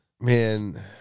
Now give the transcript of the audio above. man